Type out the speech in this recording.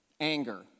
Anger